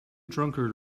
drunkard